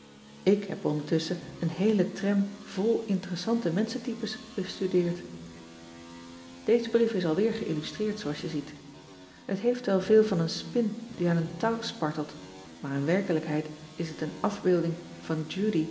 k lleb ondertusschen een heele tram vol interessante menschentypes bestudeerd eze brief is alweer geïllustreerd zooals je ziet et heeft wet veel van een spin die aan een touw spartelt maar in werkelijkheid is het een afbeelding van udy